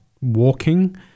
walking